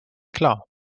klar